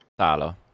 Talo